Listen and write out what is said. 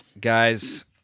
Guys